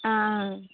आं